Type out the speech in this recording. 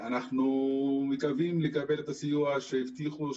אנחנו מקווים לקבל את הסיוע שהבטיחו,